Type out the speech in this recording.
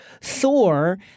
Thor